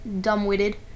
dumb-witted